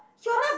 cause